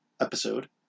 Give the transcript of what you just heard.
episode